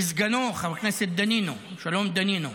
וסגנו חבר הכנסת שלום דנינו.